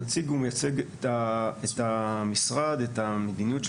הנציג הוא מייצג את המשרד, את המדיניות של